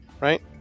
right